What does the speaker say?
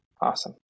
Awesome